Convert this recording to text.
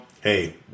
hey